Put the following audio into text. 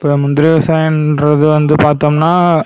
இப்போது முந்திரி விவசாயம்ன்றது வந்து பார்த்தோம்னா